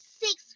six